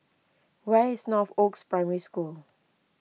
where is Northoaks Primary School